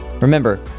Remember